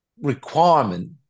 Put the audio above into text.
requirement